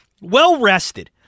well-rested